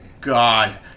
God